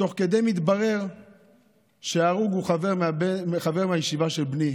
תוך כדי מתברר שההרוג הוא חבר מהישיבה של בני,